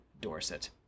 Dorset